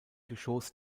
geschoss